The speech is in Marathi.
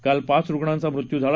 काल पाच रुग्णांचा मृत्यू झाला